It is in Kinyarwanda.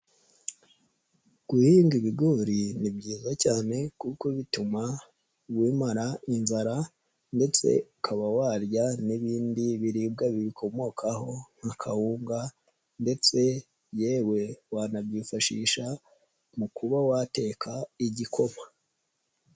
Guhinga ibigori ni byiza cyane kuko bituma wimara inzara ndetse ukaba warya n'ibindi biribwa bibikomokaho nk'akawunga ndetse yewe wanabyifashisha mu kuba wateka igikoma.